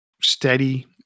steady